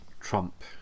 Trump